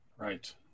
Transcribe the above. Right